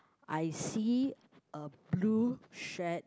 I see a blue shirt